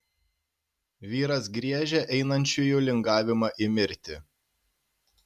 vyras griežia einančiųjų lingavimą į mirtį